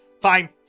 Fine